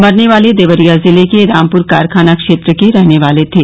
मरने वाले देवरिया जिले के रामपुर कारखाना क्षेत्र के रहने वाले थे